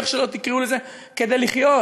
או איך שלא תקראו לזה כדי לחיות.